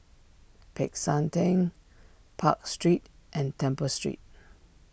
Peck San theng Park Street and Temple Street